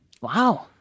Wow